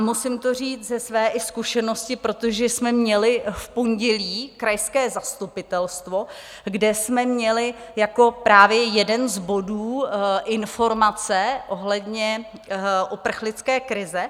Musím to říct i ze své zkušenosti, protože jsme měli v pondělí krajské zastupitelstvo, kde jsme měli jako jeden z bodů informace ohledně uprchlické krize.